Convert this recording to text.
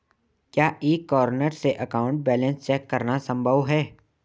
क्या e corner से account balance check करना संभव है?